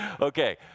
okay